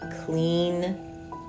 clean